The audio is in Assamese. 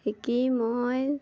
শিকি মই